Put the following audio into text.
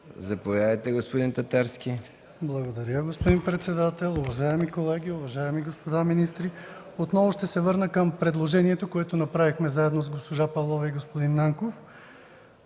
ЛЮБЕН ТАТАРСКИ (ГЕРБ): Благодаря, господин председател. Уважаеми колеги, уважаеми господа министри! Отново ще се върна към предложението, което направихме заедно с госпожа Павлова и господин Нанков